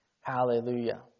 Hallelujah